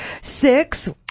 Six